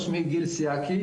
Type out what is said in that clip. שמי גיל סיאקי,